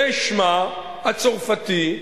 זה שמה הצרפתי,